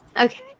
Okay